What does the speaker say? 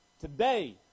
Today